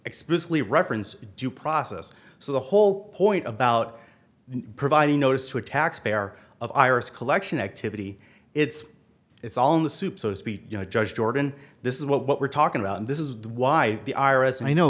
explicitly reference due process so the whole point about providing notice with taxpayer of iris collection activity it's it's all in the soup so to speak you know judge dorgan this is what we're talking about and this is why the ira as i know